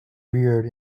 reared